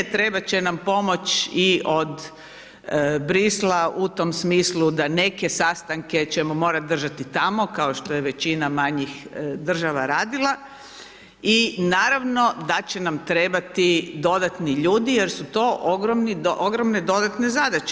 Trebat će nam pomoć i od Bruxellesa u tom smislu da neke sastanke ćemo morat držati tamo kao što je većina manjih država radila i naravno da će nam trebati dodatni ljudi jer su to ogromne dodatne zadaće.